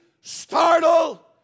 startle